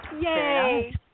Yay